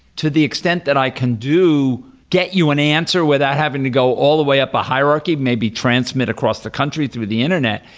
to the extent that i can do get you an answer without having to go all the way up a hierarchy may be transmitted across the country through the internet.